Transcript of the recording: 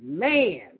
Man